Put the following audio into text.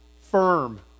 firm